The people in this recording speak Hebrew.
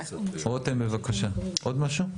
רותם, בבקשה, עוד משהו?